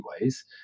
ways